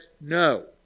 no